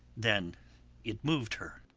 then it mov'd her.